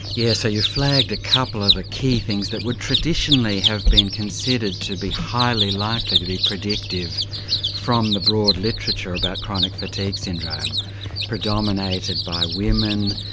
yes, so you flagged a couple of the key things that would traditionally have been considered to be highly likely to be predictive from the broad literature about chronic fatigue syndrome predominated by women,